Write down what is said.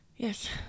Yes